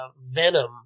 venom